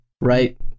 right